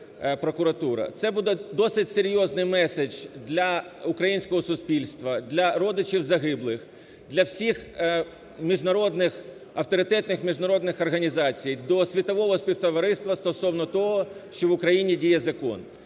Це буде досить серйозний меседж для українського суспільства, для родичів загиблих, для всіх міжнародних, авторитетних міжнародних організацій до світового співтовариства стосовно того, що в Україні діє закон.